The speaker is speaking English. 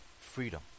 freedom